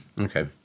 Okay